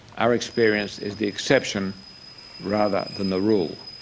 our experience is the exception rather than the rule.